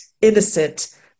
innocent